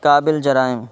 قابل جرائم